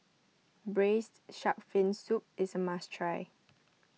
Braised Shark Fin Soup is a must try